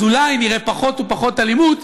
אז אולי נראה פחות ופחות אלימות,